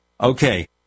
Okay